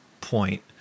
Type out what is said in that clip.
point